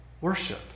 worship